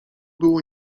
było